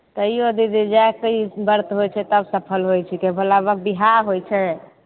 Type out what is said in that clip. तैयो दीदी जागि कऽ ई व्रत होइ छै तब सफल होइ छिकै भोला बाबाके विवाह होइ छै